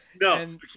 No